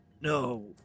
No